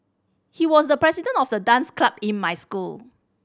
he was the president of the dance club in my school